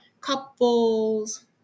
couples